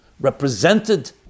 represented